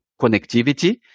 connectivity